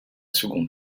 seconde